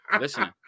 Listen